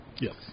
Yes